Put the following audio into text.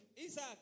Isaac